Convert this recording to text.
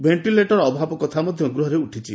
ventilator ଅଭାବ କଥା ବି ଗୃହରେ ଉଠିଛି